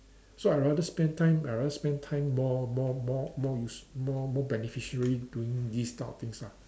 so I rather spend time I rather spend time more more more more useful more more beneficiary doing these type of things lah